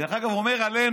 דרך אגב, הוא אומר עלינו: